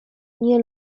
nie